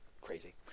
crazy